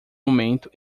momento